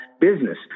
business